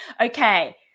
okay